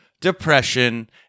depression